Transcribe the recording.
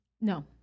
No